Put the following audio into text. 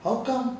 how come